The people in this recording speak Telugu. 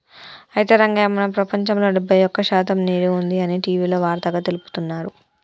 అయితే రంగయ్య మన ప్రపంచంలో డెబ్బై ఒక్క శాతం నీరు ఉంది అని టీవీలో వార్తగా తెలుపుతున్నారు